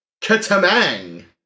Katamang